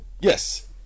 Yes